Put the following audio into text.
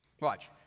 Watch